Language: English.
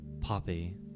Poppy